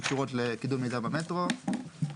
שקשורות לקידום מיזם המטרו,